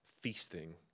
feasting